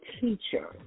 teacher